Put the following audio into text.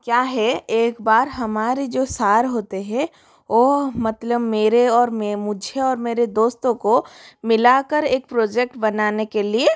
क्या है एक बार हमारे जो सार होते हैं वह मतलब मेरे और मैं मुझे और मेरे दोस्तों को मिलाकर एक प्रोजेक्ट बनाने के लिए